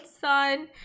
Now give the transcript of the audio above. son